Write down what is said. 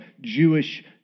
Jewish